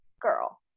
girl